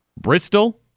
Bristol